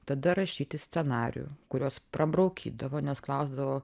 tada rašyti scenarijų kuriuos pabraukydavo nes klausdavo